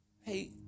Hey